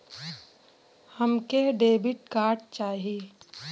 हमके debit card चाही?